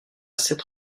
sept